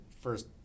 first